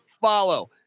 follow